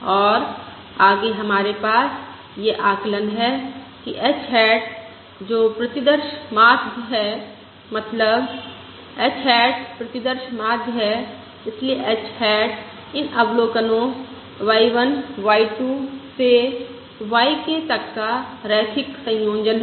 और आगे हमारे पास यह आकलन है कि h हैट है जो प्रतिदर्श माध्य है मतलब h हैट प्रतिदर्श माध्य है इसलिए h हैट इन अवलोकनो y1 y 2 से yk तक का रैखिक संयोजन है